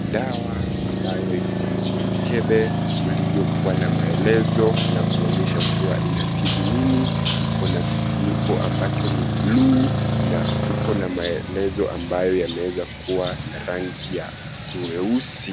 Dawa ambayo iko kwenye mkebe iliyo kuwa na maelezo na kuonyesha kuwa inatibu nini iko na kifuniko ambacho ni bulu na iko na maelezo ambayo yameeza kuwa na rangi ya weusi.